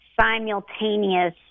simultaneous